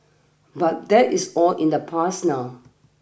but that is all in the past now